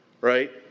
right